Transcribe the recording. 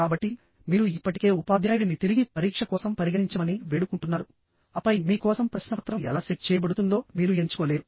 కాబట్టి మీరు ఇప్పటికే ఉపాధ్యాయుడిని తిరిగి పరీక్ష కోసం పరిగణించమని వేడుకుంటున్నారు ఆపై మీ కోసం ప్రశ్నపత్రం ఎలా సెట్ చేయబడుతుందో మీరు ఎంచుకోలేరు